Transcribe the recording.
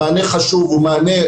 הוא מענה חשוב והוא מענה,